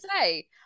say